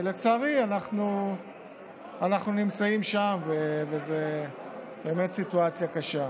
לצערי אנחנו נמצאים שם, וזו באמת סיטואציה קשה.